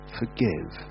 forgive